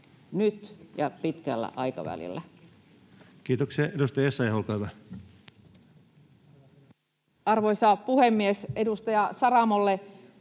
nyt ja pitkällä aikavälillä. Kiitoksia. — Edustaja Essayah, olkaa hyvä. Arvoisa puhemies! Edustaja Saramolle.